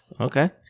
Okay